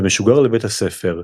ומשוגר לבית הספר,